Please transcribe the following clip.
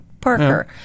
parker